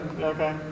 Okay